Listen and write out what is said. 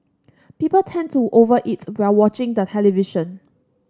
people tend to over eat while watching the television